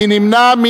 מי נמנע?